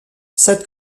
cette